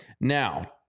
Now